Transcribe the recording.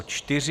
4.